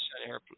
airplane